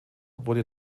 wurde